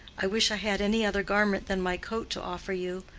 i wish i had any other garment than my coat to offer you.